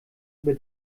über